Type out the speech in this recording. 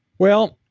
well,